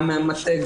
גם מהמטה,